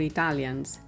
Italians